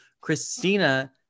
Christina